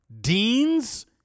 Dean's